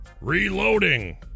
Reloading